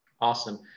Awesome